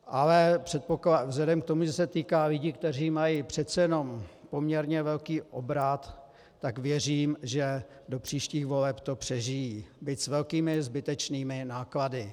Ale vzhledem k tomu, že se to týká lidí, kteří mají přece jenom poměrně velký obrat, tak věřím, že do příštích voleb to přežijí, byť s velkými zbytečnými náklady.